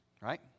Right